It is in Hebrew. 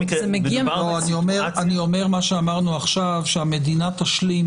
אני אומר מה שאמרנו עכשיו שהמדינה תשלים